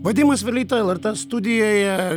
vadimas vileita lrt studijoje